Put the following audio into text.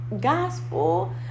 gospel